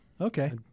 Okay